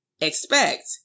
expect